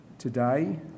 Today